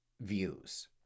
Views